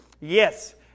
yes